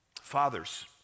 Fathers